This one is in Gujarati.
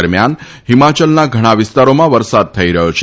દરમ્યાન હિમાચલના ઘણાં વિસ્તારોમાં વરસાદ થઇ રહ્યો છે